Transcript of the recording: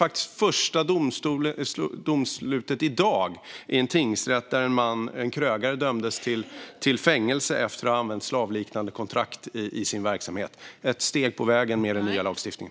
Det första domslutet kom i dag i en tingsrätt där en krögare dömdes till fängelse efter att ha använt slavliknande kontrakt i sin verksamhet. Det är ett steg på vägen med hjälp av den nya lagstiftningen.